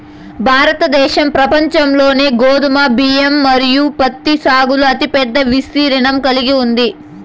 భారతదేశం ప్రపంచంలోనే గోధుమ, బియ్యం మరియు పత్తి సాగులో అతిపెద్ద విస్తీర్ణం కలిగి ఉంది